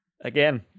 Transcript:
again